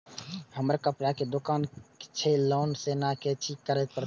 हमर कपड़ा के दुकान छे लोन लेनाय छै की करे परतै?